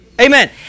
Amen